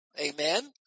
Amen